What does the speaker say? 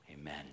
amen